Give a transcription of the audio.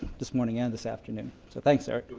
this morning and this afternoon, so thanks, eric.